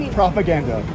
propaganda